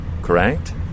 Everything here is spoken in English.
correct